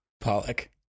Pollock